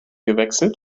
gewechselt